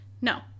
no